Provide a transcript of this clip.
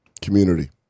community